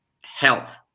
health